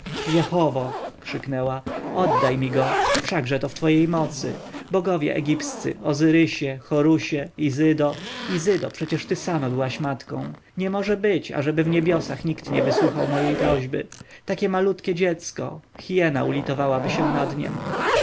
jehowo krzyknęła oddaj mi go wszakże to w twojej mocy bogowie egipscy ozyrysie horusie izydo izydo przecie ty sama byłaś matką nie może być ażeby w niebiosach nikt nie wysłuchał mojej prośby takie malutkie dziecko hiena ulitowałaby się nad niem